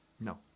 no